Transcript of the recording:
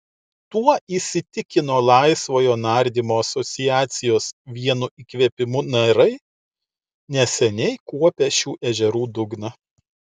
tuo įsitikino laisvojo nardymo asociacijos vienu įkvėpimu narai neseniai kuopę šių ežerų dugną